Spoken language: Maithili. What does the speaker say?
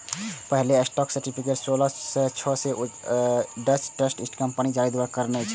पहिल स्टॉक सर्टिफिकेट सोलह सय छह मे डच ईस्ट इंडिया कंपनी जारी करने रहै